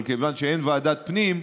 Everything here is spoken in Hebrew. אבל כיוון שאין ועדת פנים,